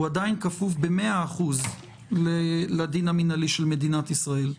עדיין כפוף ב-100% לדין המינהלי של מדינת ישראל.